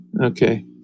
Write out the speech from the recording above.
Okay